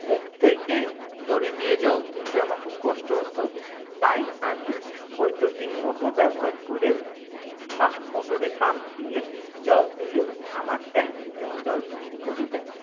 কূপ থেকে দড়ি দিয়ে জল তুলতে আমার খুব কষ্ট হত তাই আমি বৈদ্যুতিন মোটর ব্যবহার করে মোটরে পাম্প দিয়ে জল তুলি আমার ট্যাঙ্কে এবং জল ভর্তি করি ট্যাঙ্কে